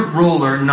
ruler